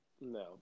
No